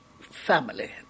family